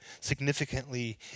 significantly